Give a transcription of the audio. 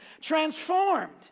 transformed